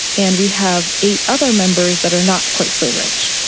and we have eight other members that are not quite so rich.